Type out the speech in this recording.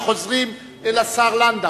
חוזרים לשר לנדאו,